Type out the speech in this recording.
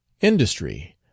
Industry